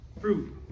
fruit